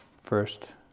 first